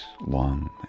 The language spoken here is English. long